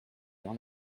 dans